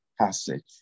passage